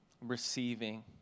receiving